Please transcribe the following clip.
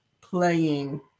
playing